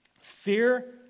fear